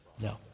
No